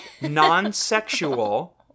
non-sexual